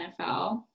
NFL